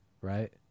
right